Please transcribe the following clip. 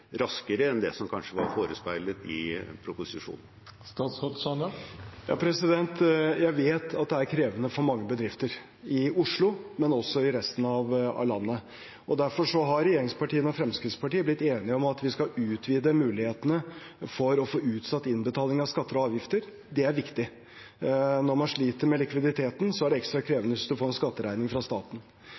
raskere enn det som kanskje var forespeilet i proposisjonen. Jeg vet at det er krevende for mange bedrifter i Oslo, men også i resten av landet. Derfor har regjeringspartiene og Fremskrittspartiet blitt enige om at vi skal utvide mulighetene for å få utsatt innbetaling av skatter og avgifter. Det er viktig. Når man sliter med likviditeten, er det ekstra krevende hvis man får en skatteregning fra staten.